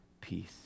peace